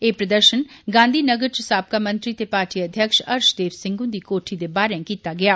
एह् प्रदर्शन गांधी नगर च साबका मंत्री ते पार्टी अध्यक्ष हर्षदेव सिंह हुंदी कोठी दे बाहरें कीता गेआ